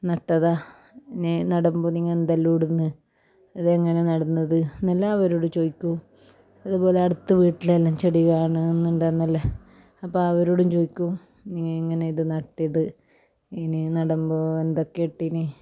നട്ടതാണോ പിന്നെ നടുമ്പോൾ നിങ്ങൾ എന്തെല്ലോടുന്നെ ഇതെങ്ങനെയാണ് നടുന്നത് എന്നെല്ലാം അവരോട് ചോദിക്കും അതേ പോലെ അടുത്ത വീട്ടിലെല്ലാം ചെടി വേണോന്നുണ്ടെന്നല്ലേ അപ്പം അവരോടും ചോദിക്കും നിങ്ങൾ എങ്ങനെ ഇത് നട്ടത് ഇനി നടുമ്പോൾ എന്തൊക്കെ ഇട്ടീനി